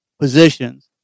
positions